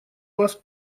вас